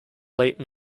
late